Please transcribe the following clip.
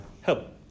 help